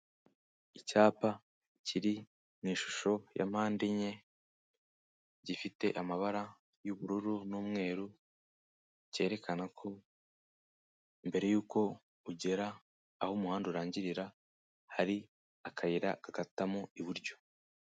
Icyapa kiri ishusho ya mpande enye gifite amabara y'ubururu n'umweru, cyerekana ko mbere yuko ugera aho umuhanda urangirira hari akayira gakatamo iburyo.